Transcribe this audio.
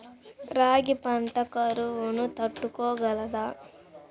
రాగి పంట కరువును తట్టుకోగలదా?